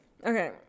Okay